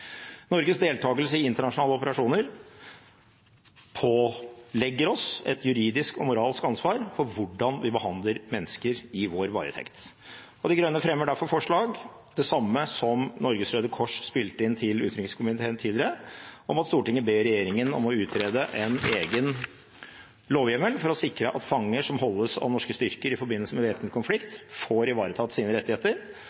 Norges deltakelse i internasjonale operasjoner pålegger oss et juridisk og moralsk ansvar for hvordan vi behandler mennesker i vår varetekt. De Grønne fremmer derfor forslag – det samme som Norges Røde Kors spilte inn til utenrikskomiteen tidligere – om at «Stortinget ber regjeringen utrede en egen lovhjemmel for å sikre at fanger som holdes av norske styrker i forbindelse med væpnet